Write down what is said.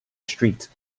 street